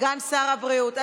סגן השר הבריאות.